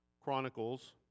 Chronicles